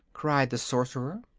cried the sorcerer.